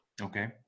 Okay